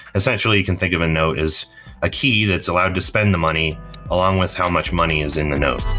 essentially, you can think of a node as a key that's allowed to spend the money along with how much money is in the node